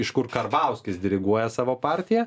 iš kur karbauskis diriguoja savo partiją